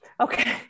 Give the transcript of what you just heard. Okay